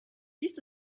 dies